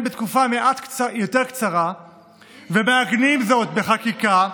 תקופה מעט יותר קצרה ומעגנים זאת בחקיקה,